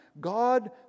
god